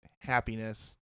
happiness